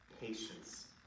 patience